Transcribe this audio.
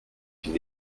une